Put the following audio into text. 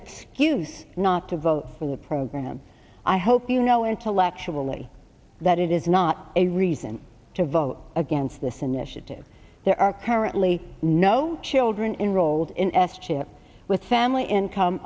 excuse not to vote for the program i hope you know intellectually that it is not a reason to vote against this initiative there are currently no children enrolled in s chip with family income